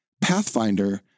Pathfinder